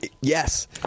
Yes